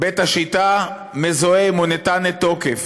בית השיטה מזוהה עם "ונתנה תוקף".